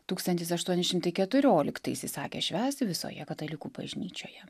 tūkstantis aštuoni šimtai keturioliktais įsakė švęsti visoje katalikų bažnyčioje